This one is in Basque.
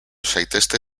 zaitezte